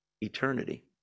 eternity